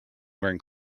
wearing